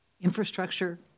infrastructure